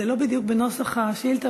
זה לא בדיוק בנוסח השאילתה.